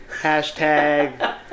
Hashtag